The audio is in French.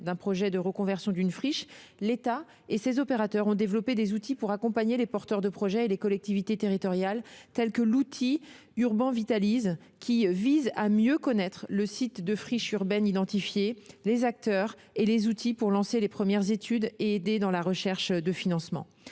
d'un projet de reconversion d'une friche, l'État et ses opérateurs ont développé des outils pour accompagner les porteurs de projets et les collectivités territoriales, tels que l'outil, qui vise à mieux connaître le site de friche urbaine identifié, les acteurs et les outils pour lancer les premières études et aider dans la recherche de financements.